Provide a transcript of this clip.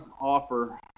offer